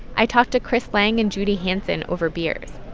i talked to chris lang and judy hansen over beers.